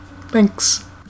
Thanks